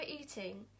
eating